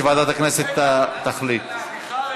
התשע"ח 2017,